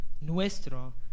Nuestro